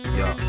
yo